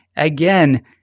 Again